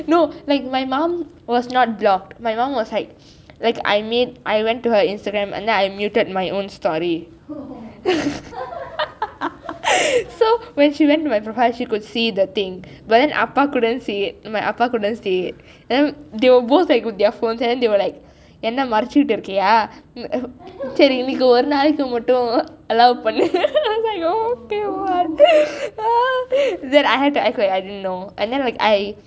no like my mum was not blocked my mum was like like I made I went to her instagram and then I muted my own story so when she went to my profile she could see the thing but then appa couldn't see it my appa couldn't see it and then they were both like with their phones and then they were like என்ன மறைச்சுத்து இருக்கீயா:enna maraichuthu irukkiya இனக்கி ஒரு நாள் தூங்கட்டும்:enakki oru naal thunkathum I was like okay ah then I had to act like I didn't know and then like I